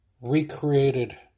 recreated